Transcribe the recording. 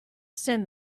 send